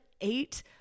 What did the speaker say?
eight